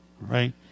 right